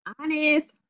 honest